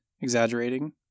exaggerating